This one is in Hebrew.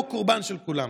הוא הקורבן של כולם.